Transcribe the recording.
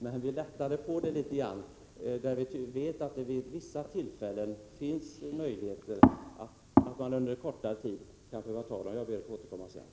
Men vi lättade i alla fall litet på formuleringen, när vi vet att man vid vissa tillfällen kan behöva ta barn i förvar under kortare tid. Eftersom repliktiden är slut ber jag att få återkomma senare.